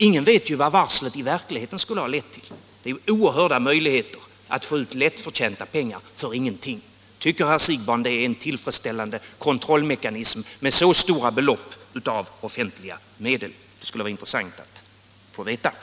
Ingen vet ju vad varslet i verkligheten skulle ha lett till — det är ju oerhörda möjligheter att få ut lättförtjänta pengar för ingenting! Tycker herr Siegbahn att det är en tillfredsställande kontrollmekanism för så stora belopp av offentliga medel? Det skulle vara intressant att få veta det.